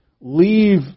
leave